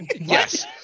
yes